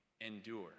Endure